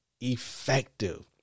effective